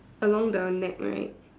along the neck right